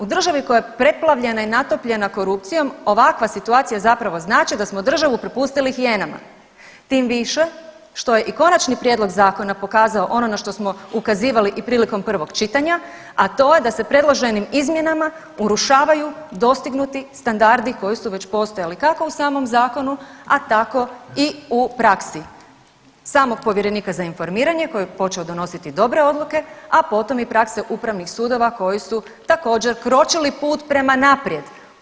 U državi koja je preplavljena i natopljena korupcijom ovakva situacija zapravo znači da smo državu prepustili hijenama tim više što je i Konačni prijedlog zakona pokazao ono na što smo ukazivali i prilikom prvog čitanja, a to je da se predloženim izmjenama urušavaju dostignuti standardi koji su već postojali kako u samom zakonu, a tako i u praksi samog povjerenika za informiranje koji je počeo donositi dobre odluke, a potom i prakse upravnih sudova koji su također kročili put prema naprijed.